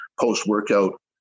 post-workout